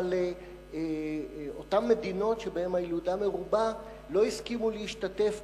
אבל אותן מדינות שבהן יש ילודה מרובה לא הסכימו להשתתף